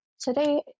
today